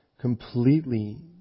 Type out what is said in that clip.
completely